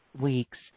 weeks